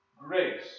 grace